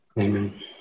Amen